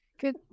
good